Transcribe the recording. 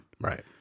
Right